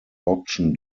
auction